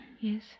Yes